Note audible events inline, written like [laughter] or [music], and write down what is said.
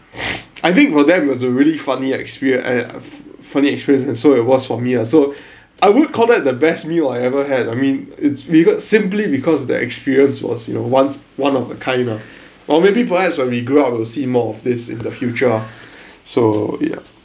[breath] I think for them it was a really funny experience and I have funny experience so it was for me ah so I would call that the best meal I ever had I mean it's simply because the experience was you know once one of a kind ah or maybe perhaps when we grew up will see more of this in the future ah so ya